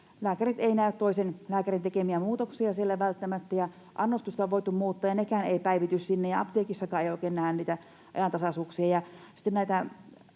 lääkärit eivät näe toisen lääkärin tekemiä muutoksia siellä välttämättä, ja annostusta on voitu muuttaa, ja nekään eivät päivity sinne, ja apteekissakaan ei oikein näe niitä ajantasaisuuksia.